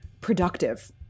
productive